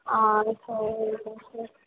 ఆ సార్